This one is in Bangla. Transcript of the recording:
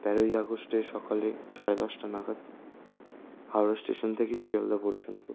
তেরোই আগস্টে সকালে সাড়ে দশটা নাগাদ হাওড়া স্টেশন থেকে শিয়ালদা পর্যন্ত